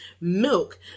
milk